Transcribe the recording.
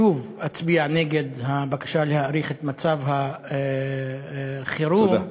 שוב אצביע נגד הבקשה להאריך את מצב החירום, תודה.